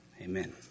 Amen